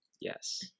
Yes